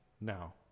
now